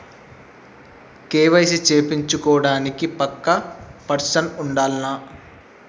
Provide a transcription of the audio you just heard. KYC చేపిచ్చుకోవడానికి పక్కా person ఉండాల్నా?